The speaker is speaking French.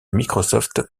microsoft